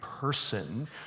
person